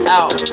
out